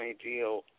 ideal